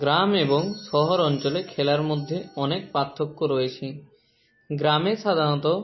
গ্রাম এবং শহর অঞ্চলে খেলার মধ্যে অনেক পার্থক্য রয়েছে গ্রামে সাধারণত